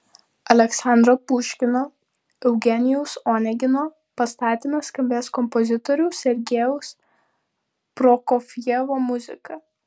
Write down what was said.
aleksandro puškino eugenijaus onegino pastatyme skambės kompozitoriaus sergejaus prokofjevo muzika